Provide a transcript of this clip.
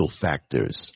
factors